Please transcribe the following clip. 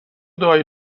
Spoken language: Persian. دعایی